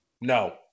No